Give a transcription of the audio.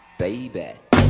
baby